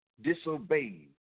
disobeyed